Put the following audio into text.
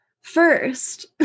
first